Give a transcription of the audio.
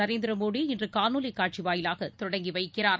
Narendra Modi இன்றுகாணொலிக் காட்சிவாயிலாகதொடங்கிவைக்கிறார்